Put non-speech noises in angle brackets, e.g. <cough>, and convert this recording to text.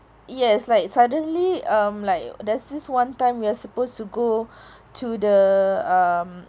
yes like suddenly um like there's this one time we are supposed to go <breath> to the um